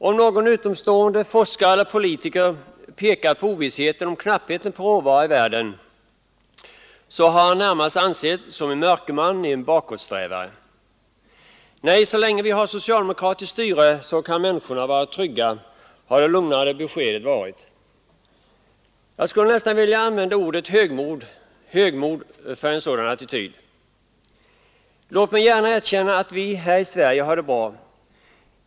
Om någon utomstående forskare eller politiker pekat på ovissheten om knappheten på råvaror i världen, så har han närmast ansetts som en mörkman, en bakåtsträvare. Nej, så länge vi har socialdemokratiskt styre kan människorna vara trygga, har det lugnande beskedet varit. Jag skulle nästan vilja använda uttrycket högmod om en sådan attityd. Låt mig gärna erkänna att vi här i Sverige har det bra.